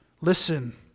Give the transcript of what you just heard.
Listen